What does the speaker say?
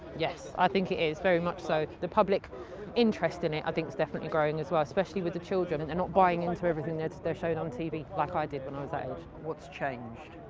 yes. i think it is very much so. the public interest in it i think it's definitely growing as well, especially with the children, they're not buying into everything that they're shown on tv, like i did when i was that age. what's changed?